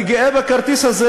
אני גאה בכרטיס הזה,